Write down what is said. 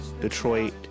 Detroit